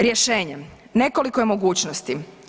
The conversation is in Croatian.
Rješenje, nekoliko je mogućnosti.